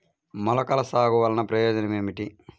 మొలకల సాగు వలన ప్రయోజనం ఏమిటీ?